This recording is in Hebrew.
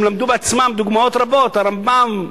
הם למדו בעצמם, הדוגמאות רבות: הרמב"ם,